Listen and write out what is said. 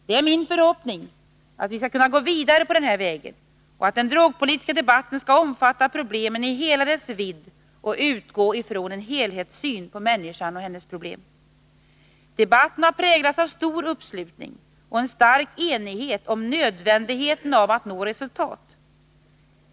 Det är min förhoppning att vi skall kunna gå vidare på denna väg och att den drogpolitiska debatten skall omfatta problemen i hela deras vidd och utgå ifrån en helhetssyn på människan och hennes problem. Debatten har präglats av stor uppslutning och en stark enighet om nödvändigheten av att nå resultat.